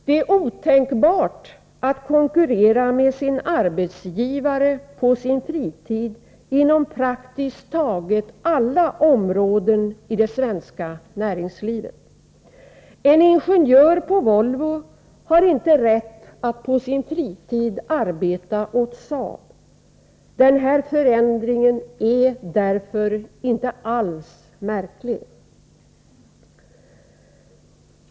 Det är otänkbart att konkurrera med sin arbetsgivare på sin fritid inom praktiskt taget alla områden i det svenska näringslivet. En ingenjör på Volvo har inte rätt att på sin fritid arbeta åt Saab. Denna förändring är därför inte alls märklig.